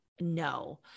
No